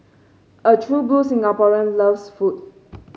a true blue Singaporean loves food